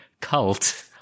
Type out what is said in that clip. cult